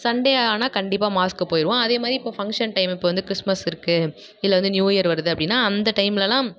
Sunday ஆனால் கண்டிப்பாக மாஸுக்கு போய்டுவோம் அதேமாதிரி இப்போது ஃபங்ஷன் டைம் இப்போ வந்து கிறிஸ்மஸ் இருக்கு இல்லை வந்து நியூ இயர் வருது அப்படின்னா அந்த டைம்லலாம்